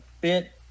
bit